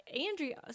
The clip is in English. Andrea